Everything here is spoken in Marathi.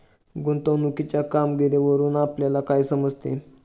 गुंतवणुकीच्या कामगिरीवरून आपल्याला काय समजते?